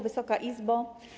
Wysoka Izbo!